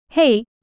Hey